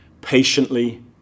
patiently